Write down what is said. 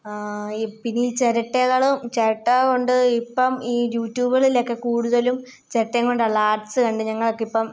ഇപ്പം ഇതീ ചിരട്ടകളും ചിരട്ട കൊണ്ട് ഇപ്പം ഈ യൂറ്റ്യൂബുകളിലൊക്കെ കൂടുതലും ചിരട്ട കൊണ്ടുള്ള ആർട്സ് കണ്ടു ഞങ്ങൾക്കിപ്പം